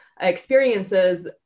experiences